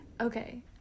okay